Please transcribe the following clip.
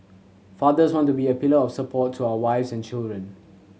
fathers want to be a pillar of support to our wives and children